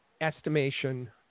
estimation